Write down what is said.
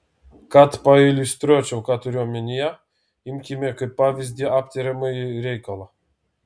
kad pailiustruočiau ką turiu omenyje imkime kaip pavyzdį aptariamąjį reikalą